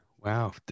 Wow